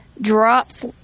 drops